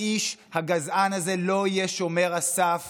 האיש הגזען הזה לא יהיה שומר הסף